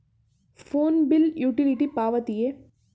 Phone bill utility ಪಾವತಿಯೇ?